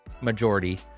majority